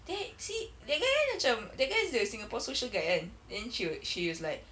there see that guy macam that guy is the singapore social guy kan then she wa~ she was like